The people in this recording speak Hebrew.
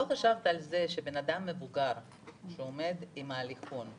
לא חשבת על זה שאדם מבוגר שעומד עם הליכון,